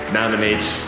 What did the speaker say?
nominates